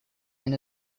and